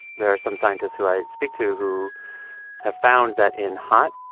there are some scientists who i speak to who have found that in hot,